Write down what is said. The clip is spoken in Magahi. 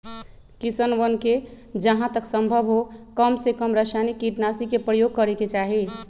किसनवन के जहां तक संभव हो कमसेकम रसायनिक कीटनाशी के प्रयोग करे के चाहि